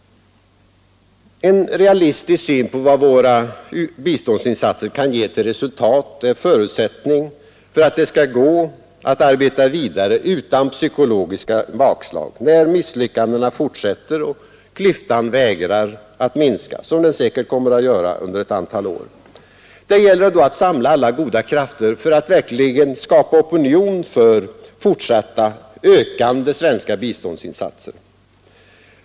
En realistisk syn på vad våra biståndsinsatser kan ge till resultat är förutsättningen för att det skall gå att arbeta vidare utan psykologiska bakslag, när misslyckandena fortsätter och klyftan vägrar att minska, som den säkerligen kommer att göra under ett antal år. Det gäller då att samla alla goda krafter för att verkligen skapa opinion för fortsatta ökande svenska biståndsinsatser.